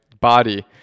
body